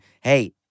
hey